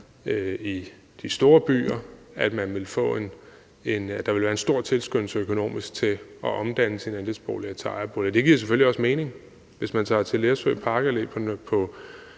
i de store byer, der ville være en stor tilskyndelse økonomisk til at omdanne sin andelsbolig til ejerbolig. Det giver selvfølgelig også mening. Hvis man tager til Lersø Park Allé på